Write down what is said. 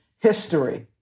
history